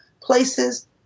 places